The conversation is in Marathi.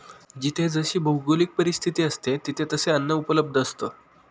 जिथे जशी भौगोलिक परिस्थिती असते, तिथे तसे अन्न उपलब्ध असतं